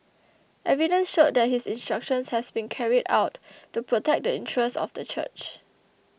evidence showed that his instructions had been carried out to protect the interests of the church